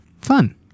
Fun